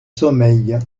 sommeil